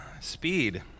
speed